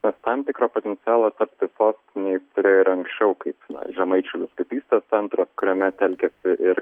nes tam tikrą potencialą tapti sostine jis turėjo ir anksčiau kaip na žemaičių vyskupystės centras kuriame telkėsi ir